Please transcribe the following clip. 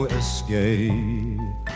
escape